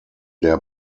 der